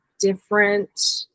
different